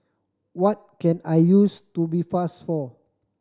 what can I use Tubifast for